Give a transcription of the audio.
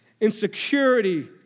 insecurity